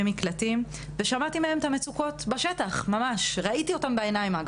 מקלטים ושמעתי מהם על המצוקות וראיתי אותם בעיניים.